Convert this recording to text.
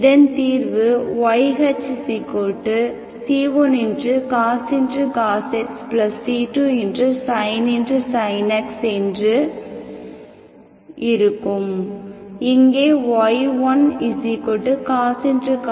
இதன் தீர்வுyHc1cos x c2sin x என்று இருக்கும் இங்கே y1cos x மற்றும் y2sin x